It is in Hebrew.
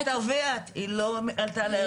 אל תתערבי את, היא לא עלתה לארץ ישראל.